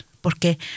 porque